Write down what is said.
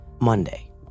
Monday